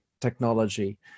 technology